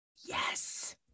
Yes